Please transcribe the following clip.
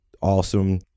awesome